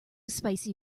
spicy